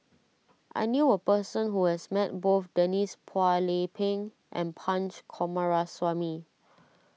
I knew a person who has met both Denise Phua Lay Peng and Punch Coomaraswamy